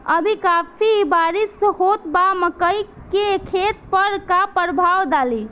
अभी काफी बरिस होत बा मकई के खेत पर का प्रभाव डालि?